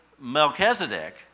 Melchizedek